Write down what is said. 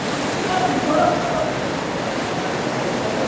പിന്നെ ജിത്തുവേ ജിത്തുവോട് അന്ന് പറഞ്ഞതല്ലെ ഇങ്ങനെ വാരി കോരി കഴിക്കണ്ട എന്ന്